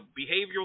behavioral